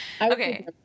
Okay